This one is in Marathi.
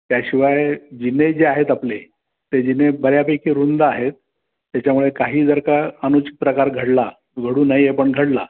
त्याशिवाय जिने जे आहेत आपले ते जिने बऱ्यापैकी रुंद आहेत त्याच्यामुळे काही जर का अनुच प्रकार घडला घडू नाही आहे पण घडला